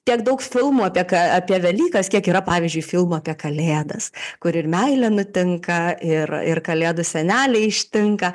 tiek daug filmų apie ką apie velykas kiek yra pavyzdžiui filmų apie kalėdas kur ir meilė nutinka ir ir kalėdų seneliai ištinka